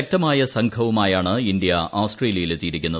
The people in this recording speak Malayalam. ശക്തമായ സംഘവുമായാണ് ഇന്ത്യ ഓസ്ട്രേലിയിൽ എത്തിയിരിക്കുന്നത്